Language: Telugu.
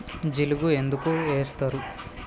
జిలుగు ఎందుకు ఏస్తరు?